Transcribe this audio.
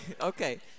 Okay